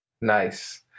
Nice